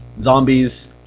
Zombies